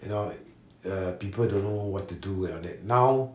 you know err people don't know what to do and all that now